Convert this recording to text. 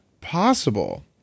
possible